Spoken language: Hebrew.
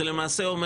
זה למעשה אומר